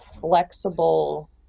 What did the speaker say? flexible